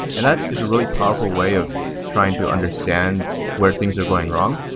and that is a really powerful way of trying to understand where things are going wrong.